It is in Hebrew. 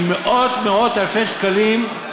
עם מאות מאות אלפי שקלים,